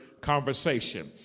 conversation